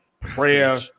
prayer